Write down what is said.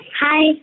Hi